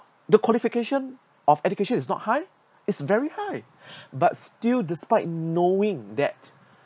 the qualification of education is not high is very high but still despite knowing that